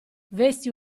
vesti